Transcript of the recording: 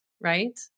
right